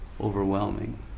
overwhelming